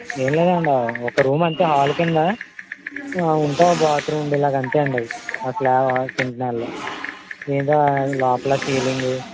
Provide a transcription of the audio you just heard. ఏం లేదండి ఒక రూమ్ అంతే హాల్ కింద ఉంటే బాత్రూమ్ ఉండేలాగా అంతే అండి అది అలా ఆ సెంట్ నేలలో ఇంకా లోపల సీలింగు